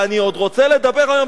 ואני עוד רוצה לדבר היום,